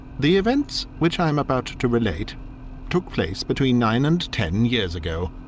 the events which i am about to relate took place between nine and ten years ago.